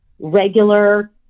regular